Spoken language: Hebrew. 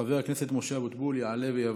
חבר הכנסת משה אבוטבול יעלה ויבוא.